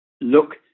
look